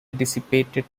dissipated